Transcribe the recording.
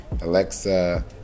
Alexa